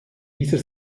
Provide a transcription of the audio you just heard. dieser